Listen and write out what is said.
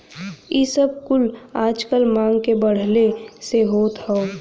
इ सब कुल आजकल मांग के बढ़ले से होत हौ